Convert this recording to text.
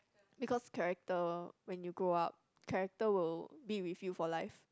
because character when you grow up character will be with you for life